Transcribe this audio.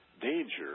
danger